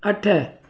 अठ